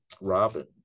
Robin